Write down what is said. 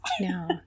No